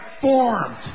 formed